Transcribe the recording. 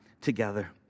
together